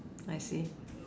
I see